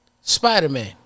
Spider-Man